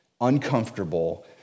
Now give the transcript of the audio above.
uncomfortable